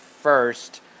first